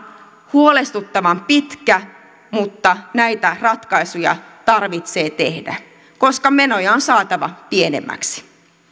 huolestuttavan pitkä mutta näitä ratkaisuja tarvitsee tehdä koska menoja on saatava pienemmäksi